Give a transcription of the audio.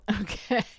Okay